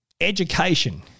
Education